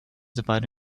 divided